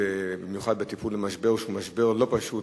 במיוחד בטיפול במשבר לא פשוט.